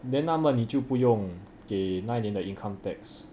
then 那么你就不用给那年的 income tax